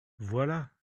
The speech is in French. voilà